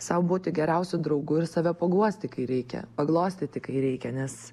sau būti geriausiu draugu ir save paguosti kai reikia paglostyti kai reikia nes